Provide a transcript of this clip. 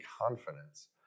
confidence